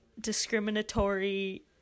discriminatory